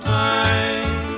time